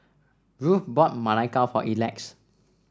Ruth bought Ma Lai Gao for Elex